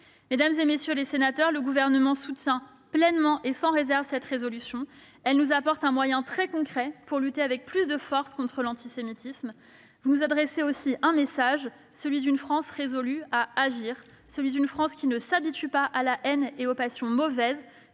Mesdames, messieurs les sénateurs, le Gouvernement soutient pleinement et sans réserve cette résolution. Elle nous apporte un moyen très concret pour lutter avec plus de force contre l'antisémitisme. Elle adresse aussi un message : celui d'une France résolue à agir, d'une France qui ne s'habitue pas à la haine et aux passions mauvaises,